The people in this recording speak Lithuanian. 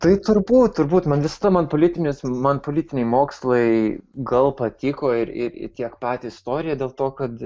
tai turbūt turbūt man visada man politinis man politiniai mokslai gal patiko ir į tiek pati istorija dėl to kad